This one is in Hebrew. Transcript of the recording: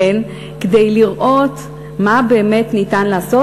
כדי לראות מה באמת ניתן לעשות.